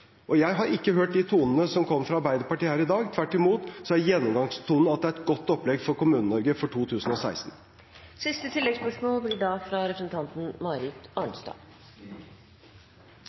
og jeg har ikke hørt de tonene som kommer fra Arbeiderpartiet her i dag. Tvert imot er gjennomgangstonen at det er et godt opplegg for Kommune-Norge for